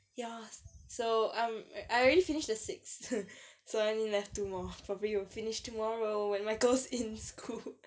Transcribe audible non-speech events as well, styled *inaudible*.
ya so um I I already finish the sixth *laughs* so I only left two more probably will finish tomorrow when my girls in school